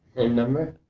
number?